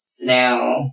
now